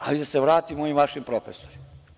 Hajde da se vratimo ovim vašim profesorima.